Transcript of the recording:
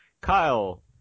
Kyle